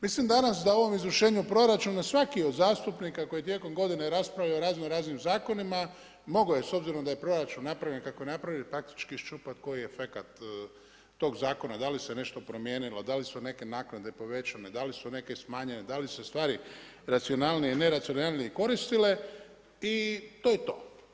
Mislim danas da o ovom izvršenju proračuna svaki od zastupnika koji tijekom godine raspravlja o raznoraznim zakonima mogao je s obzirom da je proračun napravljen kako je napravljen praktički iščupati koji efekat toga zakona da li se nešto promijenilo, da li su neke naknade povećane, dali su neke smanjene, da li se stvari racionalnije ili ne racionalnije koristile i to je to.